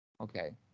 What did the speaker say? Okay